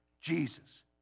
Jesus